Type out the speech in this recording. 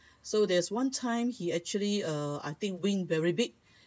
so there's one time he actually uh until win very big